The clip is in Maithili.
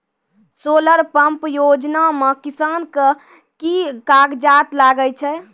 सोलर पंप योजना म किसान के की कागजात लागै छै?